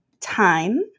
time